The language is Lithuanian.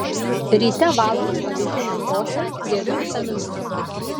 ryte valgau avižinę košę geriu vitaminus